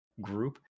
group